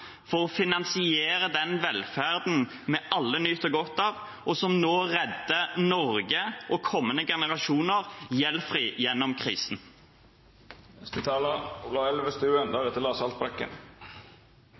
for å finansiere den velferden vi alle nyter godt av, og som nå redder Norge og kommende generasjoner gjeldfritt gjennom